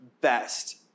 best